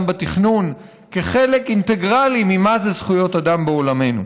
בתכנון כחלק אינטגרלי ממה זה זכויות אדם בעולמנו.